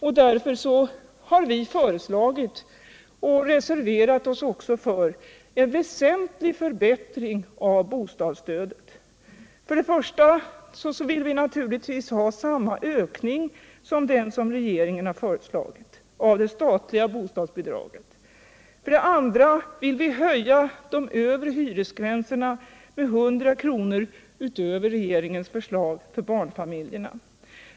Därför har vi i partimotion föreslagit och även reserverat oss för en väsentlig förbättring av bostadsstödet. För det första vill vi ha samma ökning som den som regeringen har föreslagit av de statliga bostadsbidragen. För det andra vill vi höja de övre hyresgränserna med 100 kr. utöver regeringens förslag för barnfamiljerna.